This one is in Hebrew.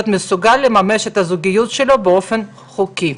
מסוגל לממש את הזוגיות שלו באופן חוקי".